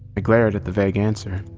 i glared at the vague answer.